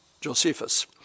Josephus